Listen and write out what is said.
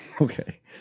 okay